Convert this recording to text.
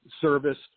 service